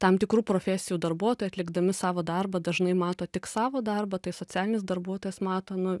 tam tikrų profesijų darbuotojai atlikdami savo darbą dažnai mato tik savo darbą tai socialinis darbuotojas mato nu